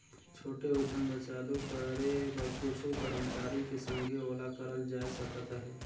छोटे उद्यम ल चालू करे बर कुछु करमचारी के संघे ओला करल जाए सकत अहे